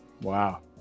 Wow